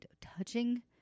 touching